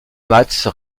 matz